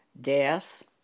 death